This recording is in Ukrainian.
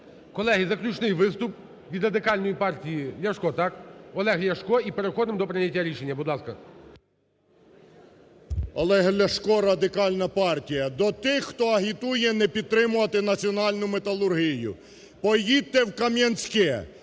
Колеги, заключний виступ від Радикальної партії. Ляшко, так? Олег Ляшко і переходимо до прийняття рішення. Будь ласка. 17:19:33 ЛЯШКО О.В. Олег Ляшко, Радикальна партія. До тих, хто агітує не підтримувати національну металургію. Поїдьте в Кам'янське,